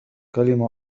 كلمة